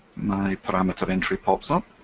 my parameter entry pops up.